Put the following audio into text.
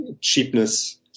cheapness